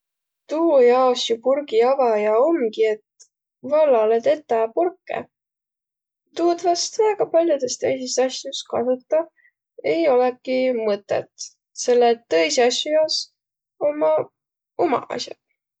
Tuu jaos ju purgiavaja omgi, et vallalõ tetäq purkõ. Tuud vast väega pall'odõs tõisis as'os kasutaq ei olõki mõtõt, selle et tõisi asjo jaos ommaq umaq as'aq.